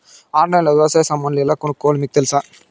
ఆన్లైన్లో లో వ్యవసాయ సామాన్లు ఎలా కొనుక్కోవాలో మీకు తెలుసా?